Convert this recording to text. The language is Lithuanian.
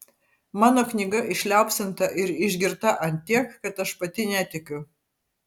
mano knyga išliaupsinta ir išgirta ant tiek kad aš pati netikiu